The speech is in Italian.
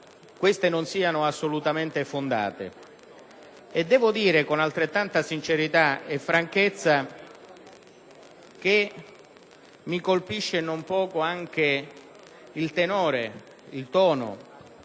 queste non siano assolutamente fondate. Vorrei rilevare, con altrettanta sincerità e franchezza, che mi colpisce non poco anche il tenore e il tono